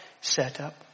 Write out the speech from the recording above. setup